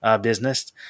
business